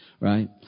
Right